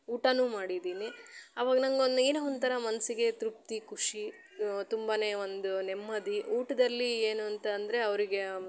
ಊಟಾನು ಮಾಡಿದ್ದೀನಿ ಅವಾಗ ನಂಗೊಂದು ಏನೋ ಒಂಥರ ಮನಸ್ಸಿಗೆ ತೃಪ್ತಿ ಖುಷಿ ತುಂಬಾ ಒಂದು ನೆಮ್ಮದಿ ಊಟದಲ್ಲಿ ಏನು ಅಂತ ಅಂದರೆ ಅವ್ರಿಗೆ